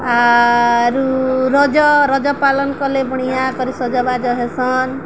ଆରୁ ରଜ ରଜ ପାଳନ କଲେ ବଣିଆଁ କରି ସଜବାଜ ହେସନ୍